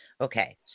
Okay